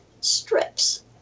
strips